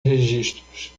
registros